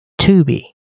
Tubi